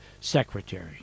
Secretary